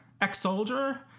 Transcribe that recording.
ex-soldier